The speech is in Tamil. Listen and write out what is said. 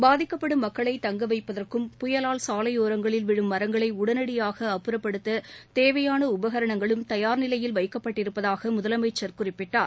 பாதிக்கப்படும் மக்களை தங்க வைப்பதற்கும் புயலால் சாலையோரங்களில் விழும் மரங்களை உடனடியாக அப்புறப்படுத்த தேவையாள உபகரணங்களும் தயார் நிலையில் வைக்கப்பட்டிருப்பதாக முதலமைச்சர் குறிப்பிட்டார்